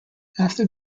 after